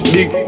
Big